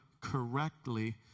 correctly